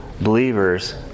believers